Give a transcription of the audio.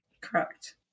Correct